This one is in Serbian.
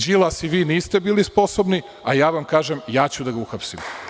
Đilas i vi niste bili sposobni, a ja vam kažem da ću da ga uhapsim.